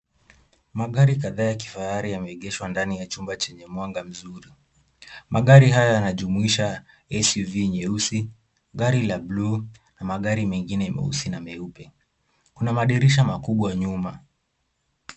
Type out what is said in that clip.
Magari kadhaa ya kifahari yameegeshwa ndani ya chumba chenye mwanga mzuri. Magari haya yanajumuisha SUV nyeusi, gari la blue na magari mengine meusi na meupe. Kuna madirisha makubwa nyuma.